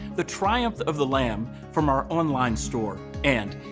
the triumph of the lamb, from our online store. and,